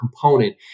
component